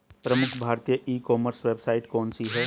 प्रमुख भारतीय e commerce website कौन कौन सी हैं?